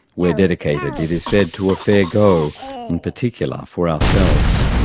we're dedicated, it is said, to a fair go in particular for ourselves.